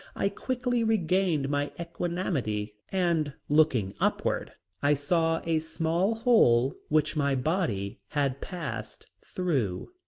i quickly regained my equanimity and looking upward i saw a small hole which my body had passed through,